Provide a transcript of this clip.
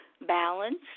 balance